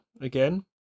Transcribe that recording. Again